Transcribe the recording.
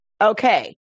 Okay